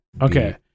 Okay